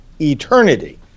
eternity